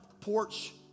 porch